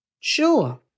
Sure